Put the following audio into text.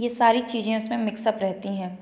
यह सारी चीज़ें उसमें मिक्स अप रहती हैं